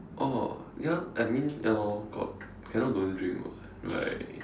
oh ya I mean ya lor got cannot don't drink [what] right